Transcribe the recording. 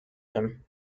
him